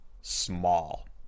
small